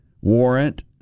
warrant